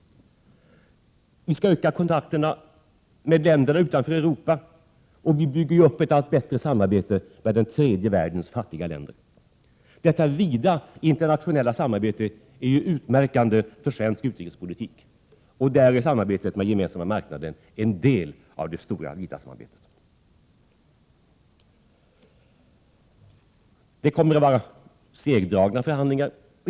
Vi skall öka kontakterna med länderna utanför Europa. Vi bygger också upp ett allt bättre samarbete med den tredje världens fattiga länder. Detta vida internationella samarbete är utmärkande för svensk utrikespolitik. Samarbetet med Gemensamma marknaden är en del av det stora vida samarbetet. Det kommer att bli segdragna förhandlingar.